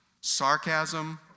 sarcasm